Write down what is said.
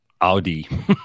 Audi